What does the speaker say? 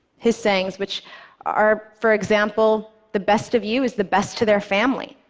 his sayings which are, for example, the best of you is the best to their family.